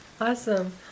Awesome